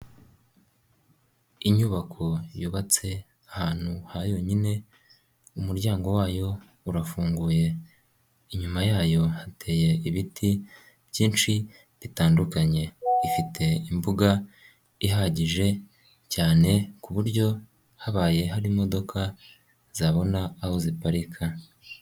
Inyubako yubatse ahantu ha yonyine, umuryango wayo urafunguye. Inyuma yayo hateye ibiti byinshi bitandukanye. Ifite imbuga ihagije cyane ku buryo habaye hari imodoka zabona aho ziparika.